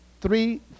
three